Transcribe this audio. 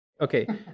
Okay